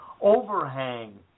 overhang